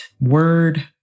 Word